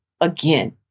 again